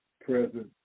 present